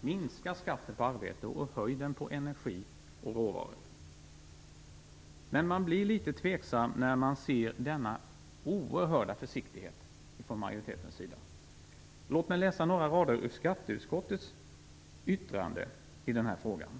Minska skatten på arbete och höj den på energi och råvaror. Men man blir litet tveksam när man ser denna oerhörda försiktighet från majoritetens sida. Låt mig läsa några rader ur skatteutskottets yttrande i den här frågan.